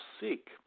seek